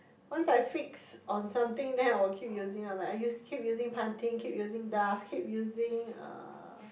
once I fixed on something then I will keep using ah like I use keep using Pantene keep using Dove keep using uh